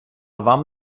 вам